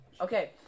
Okay